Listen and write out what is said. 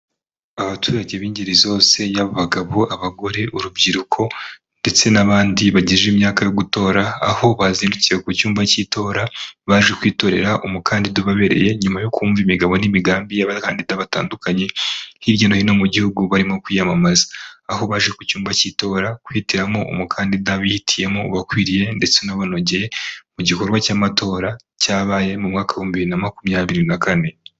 Abaturage b'ingeri zose yaba abagabo, abagore, urubyiruko ndetse n'abandi bagejeje imyaka yo gutora, aho bazindukiye ku cyumba cy'itora baje kwitorera umukandida ubabereye nyuma yo kumva imigabo n'imigambi y'abakandida batandukanye hirya no hino mu gihugu barimo kwiyamamaza. Aho baje ku cyumba cy'itora kwihitiramo umukandida bihitiyemo ubakwiriye ndetse unabanogeye, mu gikorwa cy'amatora cyabaye mu mwaka w'ibihumbi bibiri na makumyabiri na kane.